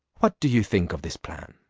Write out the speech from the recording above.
what do you think of this plan?